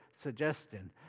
suggestion